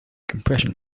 compression